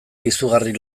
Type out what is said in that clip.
izugarri